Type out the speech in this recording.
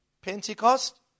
Pentecost